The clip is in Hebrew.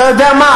אתה יודע מה?